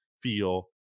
feel